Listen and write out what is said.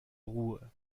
ruhe